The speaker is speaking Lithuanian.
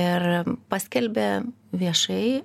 ir paskelbė viešai